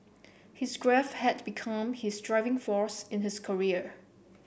his grief had become his driving force in his career